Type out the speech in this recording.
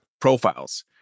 profiles